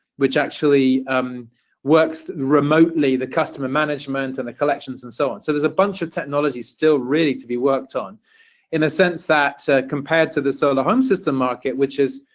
which actually works remotely, the customer management and the collections and so on. so there's a bunch of technology still really to be worked on in a sense that compared to the solar home system market, which is,